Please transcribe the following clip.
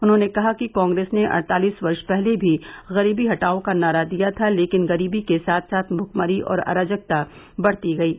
उन्होंने कहा कि कॉग्रेस ने अड़तालिस वर्ष पहले भी गरीबी हटाओ का नारा दिया था लेकिन गरीबी के साथ साथ भूखमरी और अराजकता बढ़ती गयी